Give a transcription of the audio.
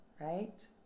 right